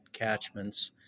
catchments